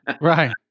Right